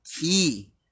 key